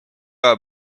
aja